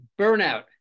burnout